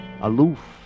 aloof